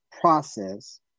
process